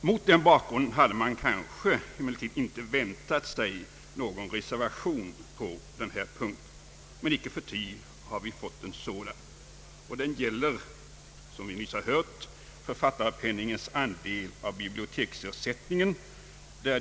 Mot denna bakgrund hade man kanske inte väntat sig någon reservation på denna punkt, men icke förty har vi fått en sådan. Den gäller som vi nyss hört = författarpenningens andel av biblioteksersättningen.